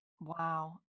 wow